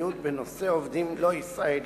מדיניות בנושא עובדים לא ישראלים,